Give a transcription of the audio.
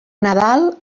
nadal